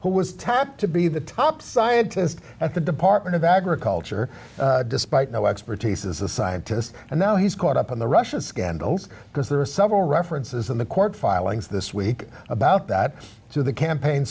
who was tapped to be the top scientist at the department of agriculture despite no expertise as a scientist and now he's caught up in the russian scandals because there are several references in the court filings this week about that to the campaign